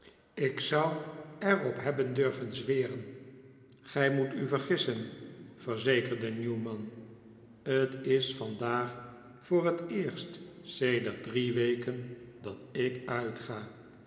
ik zou er op hebben durven zweren gij moet u vergissen verzekerde newman t is vandaag voor het eerst sedert drie weken dat ik uitga